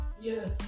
Yes